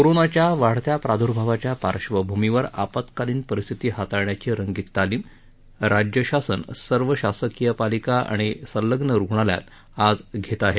कोरोनाच्या वाढत्या प्रादुर्भावाच्या पार्वभूमीवर आपत्कालीन परिस्थिती हाताळण्याची रंगीत तालिम राज्य शासन सर्व शासकीय पालिका आणि संलग्न रुग्णालयात आज घेणार आहे